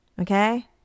okay